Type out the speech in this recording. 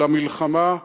למלחמה,